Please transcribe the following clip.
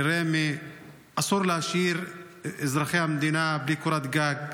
לרמ"י, אסור להשאיר את אזרחי המדינה בלי קורת גג.